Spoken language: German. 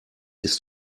ist